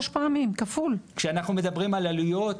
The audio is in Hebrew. כשאנחנו מדברים על עליות,